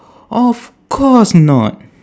of course not